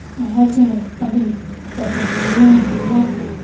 my husband is something special. he learns, he loves it